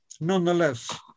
Nonetheless